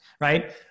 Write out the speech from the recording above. right